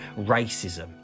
racism